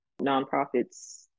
nonprofits